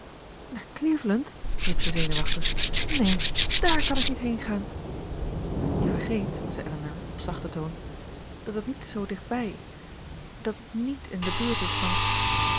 naar cleveland riep zij zenuwachtig neen dààr kan ik niet heengaan je vergeet zei elinor op zachten toon dat het niet zoo dichtbij dat het niet in de buurt is van